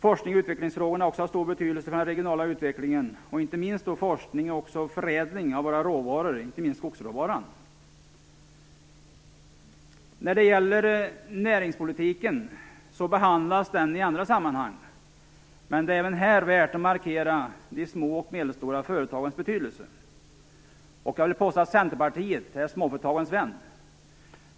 Forsknings och utvecklingsfrågorna är också av stor betydelse för den regionala utvecklingen. Inte minst betydelsefull är forskning och förädling när det gäller våra råvaror, och då kanske särskilt skogsråvaran. När det gäller näringspolitiken behandlas den i andra sammanhang. Men det är även här värt att markera de små och medelstora företagens betydelse. Jag vill påstå att Centerpartiet är småföretagens vän.